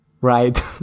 right